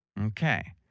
Okay